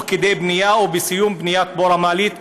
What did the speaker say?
כדי בנייה או בסיום בניית בור המעלית,